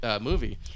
movie